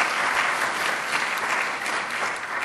(מחיאות כפיים)